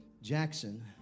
Jackson